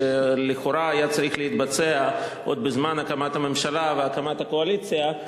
שלכאורה היה צריך להתבצע עוד בזמן הקמת הממשלה והקמת הקואליציה,